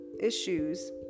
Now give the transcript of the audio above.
issues